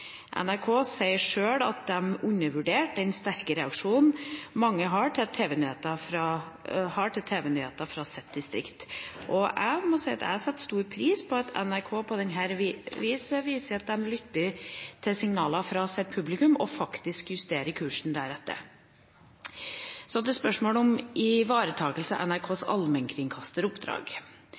NRK sier sjøl at de undervurderte den sterke relasjonen mange har til tv-nyhetene fra sitt distrikt. Jeg setter stor pris på at NRK på denne måten viser at de lytter til signaler fra sitt publikum og faktisk justerer kursen deretter. Så til spørsmålet om ivaretakelse av NRKs